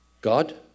God